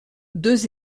deux